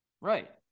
right